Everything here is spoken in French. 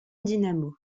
dynamo